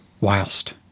whilst